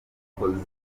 bakoze